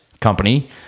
company